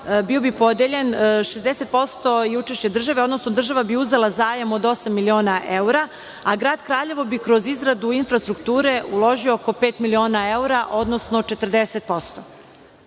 bio bi podeljen 60% i učešća države, odnosno država bi uzela zajam od osam miliona evra, a grad Kraljevo bi kroz izradu infrastrukture uložio oko pet miliona evra, odnosno